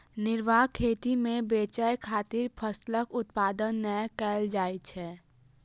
निर्वाह खेती मे बेचय खातिर फसलक उत्पादन नै कैल जाइ छै